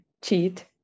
cheat